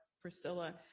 Priscilla